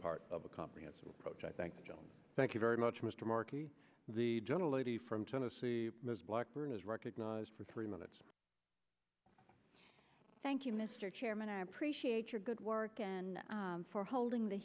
part of a comprehensive approach i thank you john thank you very much mr markey the gentle lady from tennessee ms blackburn is recognized for three minutes thank you mr chairman i appreciate your good work and for holding the